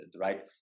right